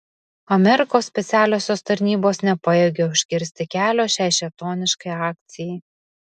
amerikos specialiosios tarnybos nepajėgė užkirsti kelio šiai šėtoniškai akcijai